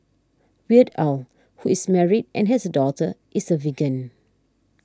Weird Al who is married and has a daughter is a vegan